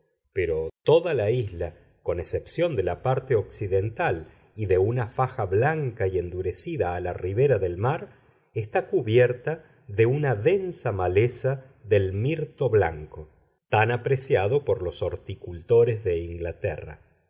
pero toda la isla con excepción de la parte occidental y de una faja blanca y endurecida a la ribera del mar está cubierta de una densa maleza del mirto blanco tan apreciado por los horticultores de inglaterra